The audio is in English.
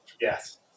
Yes